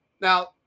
Now